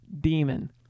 demon